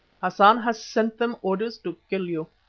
hassan has sent them orders to kill you.